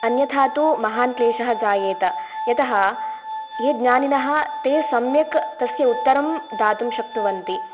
अन्यथा तु महान् क्लेशः जायेत यतः ये ज्ञानिनः ते सम्यक् तस्य उत्तरं दातुं शक्नुवन्ति